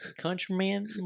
Countryman